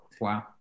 Wow